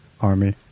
army